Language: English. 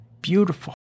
beautiful